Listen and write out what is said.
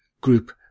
group